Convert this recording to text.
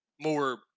more